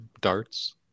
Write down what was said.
darts